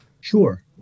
Sure